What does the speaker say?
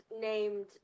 named